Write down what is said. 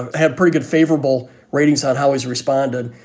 ah have pretty good favorable ratings on how he's responded.